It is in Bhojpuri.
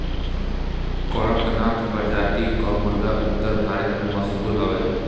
कड़कनाथ प्रजाति कअ मुर्गा उत्तर भारत में मशहूर हवे